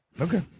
Okay